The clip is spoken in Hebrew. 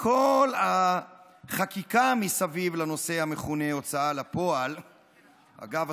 כל החקיקה מסביב לנושא המכונה הוצאה לפועל אגב,